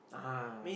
(uh huh)